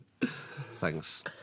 Thanks